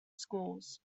schools